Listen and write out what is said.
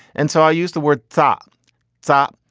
and so i use the word thought top.